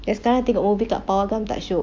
sekarang tengok movie kat pawagam tak shiok